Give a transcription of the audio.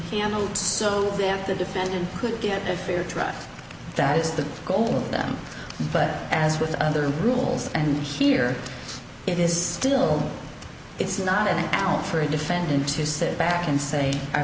handled so that the defendant could get a fair trial that is the goal but as with other rules and here it is still it's not an hour for a defendant to sit back and say i